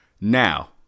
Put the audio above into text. Now